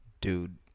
Dude